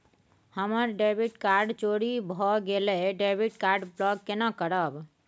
हमर debit card चोरी भगेलै डेबिट कार्ड ब्लॉक केना करब?